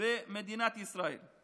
במדינת ישראל.